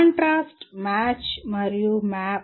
contrast match మరియు map